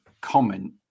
comment